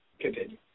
Continue